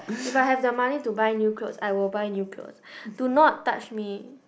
if I have the money to buy new clothes I will buy new clothes do not touch me